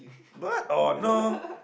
but or no